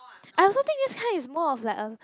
I also think this kind is more of like a